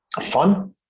Fun